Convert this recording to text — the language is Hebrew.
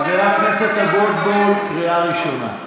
חבר הכנסת אבוטבול, קריאה ראשונה.